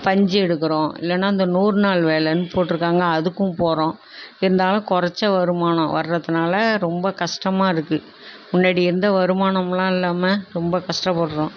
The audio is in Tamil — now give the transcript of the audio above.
பஞ்சு எடுக்கிறோம் இல்லைன்னா இந்த நூறுநாள் வேலைன்னு போட்டிருக்காங்க அதுக்கும் போகிறோம் இருந்தாலும் கொறைச்ச வருமானம் வர்றதுனால் ரொம்ப கஷ்டமா இருக்குது முன்னாடி இருந்த வருமானமெலாம் இல்லாமல் ரொம்ப கஷ்டப்பட்றோம்